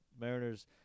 Mariners